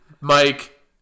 Mike